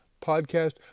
podcast